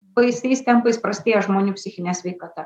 baisiais tempais prastėja žmonių psichinė sveikata